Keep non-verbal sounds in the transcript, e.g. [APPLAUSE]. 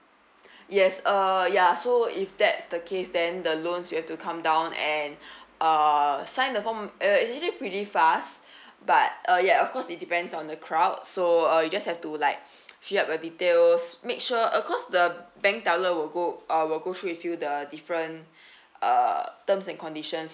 yes uh ya so if that's the case then the loans you have to come down and uh sign the form uh actually pretty fast [BREATH] but uh ya of course it depends on the crowd so uh you just have to like fill up the details make sure uh cause the bank teller will go uh will go through with you the different [BREATH] uh terms and conditions